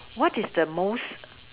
what is the most